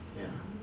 ya